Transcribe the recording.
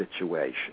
situation